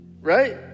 Right